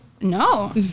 no